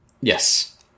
Yes